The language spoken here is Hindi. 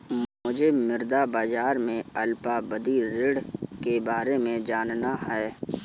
मुझे मुद्रा बाजार के अल्पावधि ऋण के बारे में जानना है